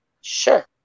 Sure